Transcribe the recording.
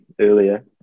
earlier